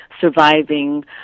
surviving